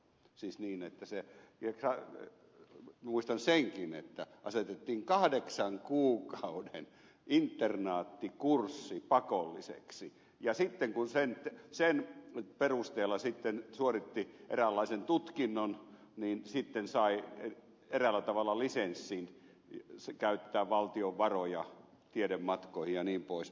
siis niin että se mitä hän muistan senkin että asetettiin kahdeksan kuukauden internaattikurssi pakolliseksi ja sitten kun sen perusteella suoritti eräänlaisen tutkinnon niin sitten sai eräällä tavalla lisenssin käyttää valtion varoja tiedematkoihin jnp